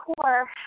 core